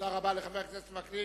תודה רבה לחבר הכנסת וקנין.